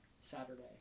Saturday